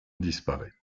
disparaît